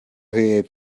her